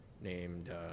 named